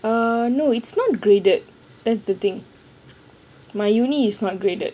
err no it's not graded that's the thing my uni is not graded